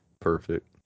Perfect